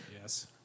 Yes